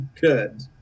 good